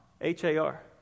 H-A-R